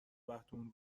بختمون